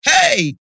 Hey